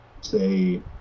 say